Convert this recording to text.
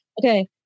Okay